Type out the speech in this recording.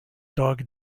dog